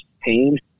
pain